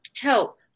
Help